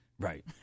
Right